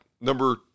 number